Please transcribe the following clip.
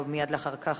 ומייד אחר כך,